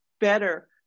better